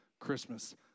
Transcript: Christmas